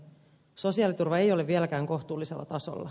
sosiaaliturva ei ole vieläkään kohtuullisella tasolla